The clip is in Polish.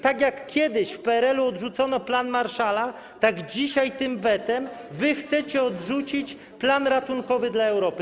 Tak jak kiedyś w PRL-u odrzucono plan Marshalla, tak dzisiaj tym wetem wy chcecie odrzucić plan ratunkowy dla Europy.